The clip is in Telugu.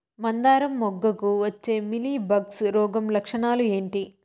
మందారం మొగ్గకు వచ్చే మీలీ బగ్స్ రోగం లక్షణాలు ఏంటి?